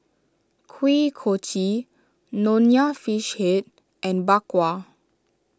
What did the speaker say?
Kuih Kochi Nonya Fish Head and Bak Kwa